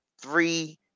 three